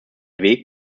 weg